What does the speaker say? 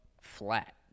flat